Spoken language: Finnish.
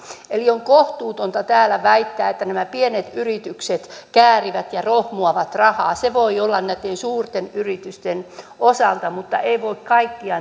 eli on kohtuutonta täällä väittää että nämä pienet yritykset käärivät ja rohmuavat rahaa se voi olla näitten suurten yritysten osalta mutta ei voi kaikista